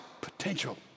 potential